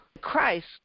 Christ